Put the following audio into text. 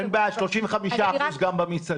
גם 30-20. אין בעיה, 35% גם במסעדות.